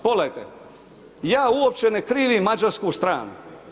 Pogledajte, ja uopće ne krivim mađarsku stranu.